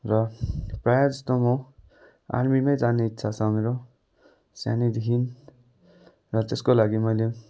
र प्रायःजस्तो म आर्मीमै जाने इच्छा छ मेरो सानैदेखि र त्यसको लागि मैले